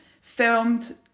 filmed